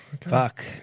fuck